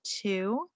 two